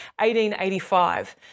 1885